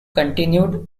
continued